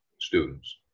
students